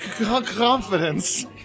Confidence